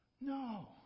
No